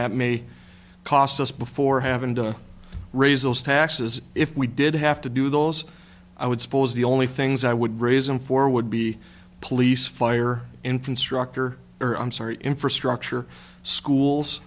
that may cost us before having done raise those taxes if we did have to do those i would suppose the only things i would raise him for would be police fire infrastructure or i'm sorry infrastructure